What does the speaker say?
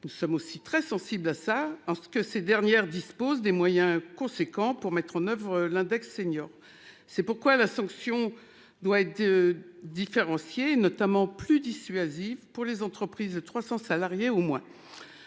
nous sommes aussi très sensible à ça, à ce que ces dernières disposent des moyens conséquents pour mettre en oeuvre l'index senior. C'est pourquoi la sanction doit être. Différencier notamment plus dissuasif pour les entreprises, 300 salariés au moins.